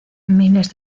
miles